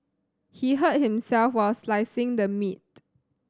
he hurt himself while slicing the meat